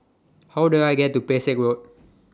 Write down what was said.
How Do I get to Pesek Road